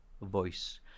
voice